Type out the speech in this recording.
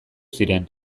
ziren